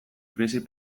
krisi